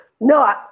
No